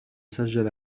سجل